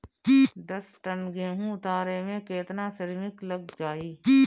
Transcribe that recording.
दस टन गेहूं उतारे में केतना श्रमिक लग जाई?